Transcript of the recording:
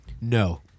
No